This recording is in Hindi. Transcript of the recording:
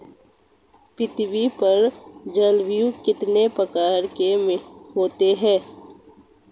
पृथ्वी पर जलवायु कितने प्रकार की होती है?